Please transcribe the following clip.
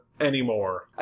anymore